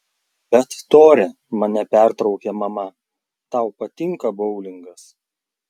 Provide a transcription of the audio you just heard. bet tore mane pertraukė mama tau patinka boulingas